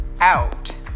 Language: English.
out